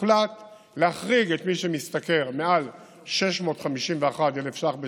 הוחלט להחריג את מי שמשתכר מעל 651,000 ש"ח בשנה,